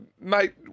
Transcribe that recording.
Mate